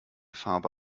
farbe